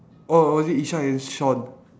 oh or is it ishan and shawn